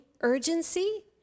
urgency